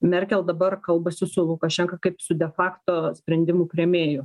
merkel dabar kalbasi su lukašenka kaip su defekto sprendimų priėmėjų